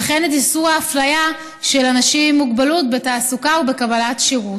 וכן את איסור האפליה של אנשים עם מוגבלות בתעסוקה ובקבלת שירות.